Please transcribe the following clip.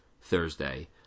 Thursday